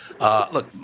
look